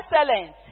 excellence